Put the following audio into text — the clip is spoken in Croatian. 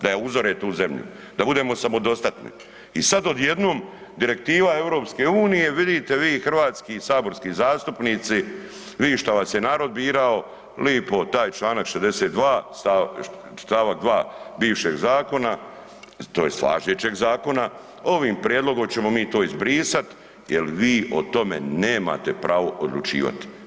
Da uzore tu zemlju, da budemo samodostatni i sad odjednom direktiva EU, vidite vi hrvatski saborski zastupnici, vi šta vas je narod birao, lipo taj čl. 62. st. 2 bivšeg zakona, tj. važećeg zakona, ovim prijedlogom ćemo mi to izbrisati jer vi o tome nemate pravo odlučivati.